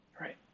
right